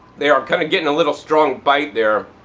they are kind of getting a little strong bite there.